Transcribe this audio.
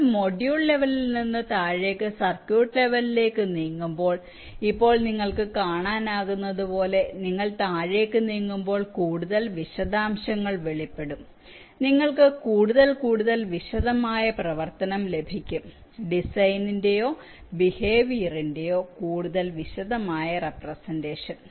നിങ്ങൾ മൊഡ്യൂൾ ലെവലിൽ നിന്ന് താഴേക്ക് സർക്യൂട്ട് ലെവലിലേക്ക് നീങ്ങുമ്പോൾ ഇപ്പോൾ നിങ്ങൾക്ക് കാണാനാകുന്നതുപോലെ നിങ്ങൾ താഴേക്ക് നീങ്ങുമ്പോൾ കൂടുതൽ വിശദാംശങ്ങൾ വെളിപ്പെടും ഞങ്ങൾക്ക് കൂടുതൽ വിശദമായ പ്രവർത്തനം ലഭിക്കും ഡിസൈനിന്റെയോ ബിഹേവിയറിന്റെയോ കൂടുതൽ കൃത്യമായ റെപ്രെസെന്റഷൻ